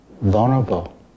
vulnerable